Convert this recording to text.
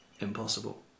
impossible